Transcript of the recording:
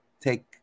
take